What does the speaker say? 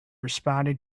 responding